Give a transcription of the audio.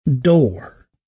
door